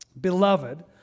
Beloved